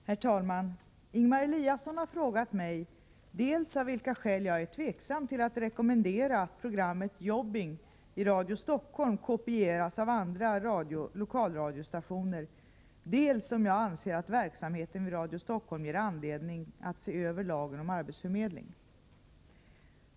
Herr talman! Ingemar Eliasson har frågat mig dels av vilka skäl jag är Om arbetsförmedtveksam till att rekommendera att programmet Jobbing i Radio Stockholm ling genom lokalrakopieras av andra lokalradiostationer, dels om jag anser att verksamheten dion vid Radio Stockholm ger anledning att se över lagen om arbetsförmedling.